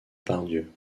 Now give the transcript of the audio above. pardieu